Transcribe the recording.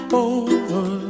over